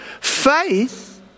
Faith